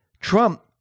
Trump